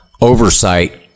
oversight